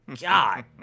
god